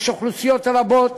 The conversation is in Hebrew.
יש אוכלוסיות רבות